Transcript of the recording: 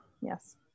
Yes